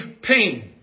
pain